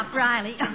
Riley